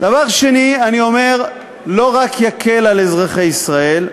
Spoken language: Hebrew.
דבר שני, אני אומר, לא רק יקל על אזרחי ישראל.